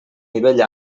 nivell